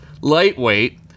Lightweight